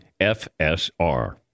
FSR